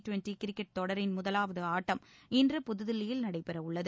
twenty cricket தொடரின் முதலாவது ஆட்டம் இன்று புதுதில்லியில் நடைபெறவுள்ளது